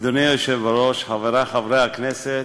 אדוני היושב-ראש, חברי חברי הכנסת,